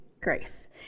grace